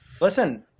Listen